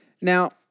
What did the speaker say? now